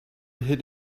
hid